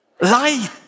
light